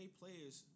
players